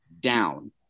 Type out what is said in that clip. down